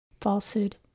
falsehood